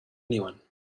anyone